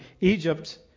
Egypt